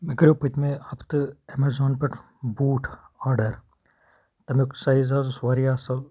مےٚ کَریو پٔتمہِ ہفتہٕ ایمیزان پٮ۪ٹھ بوٗٹھ آرڈَر تَمیُٚک سایز حظ اوس واریاہ اَصٕل